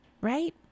Right